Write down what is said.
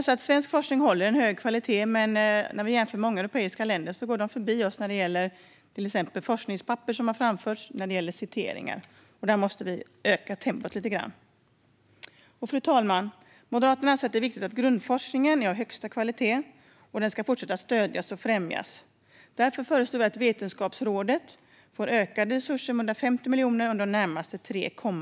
Svensk forskning håller hög kvalitet, men tyvärr går många europeiska länder förbi oss vad gäller framlagda forskningspapper och citeringar. Här måste vi därför öka tempot. Fru talman! Moderaterna anser att det är viktigt att grundforskningen är av högsta kvalitet och att den fortsätter att stödjas och främjas. Därför föreslår vi att Vetenskapsrådets forskningsresurser ökar med 150 miljoner kronor under de närmaste tre åren.